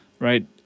Right